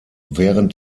während